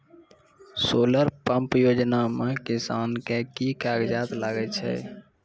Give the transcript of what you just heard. Solar pump योजना म किसान के की कागजात लागै छै?